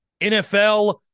NFL